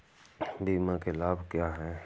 बीमा के लाभ क्या हैं?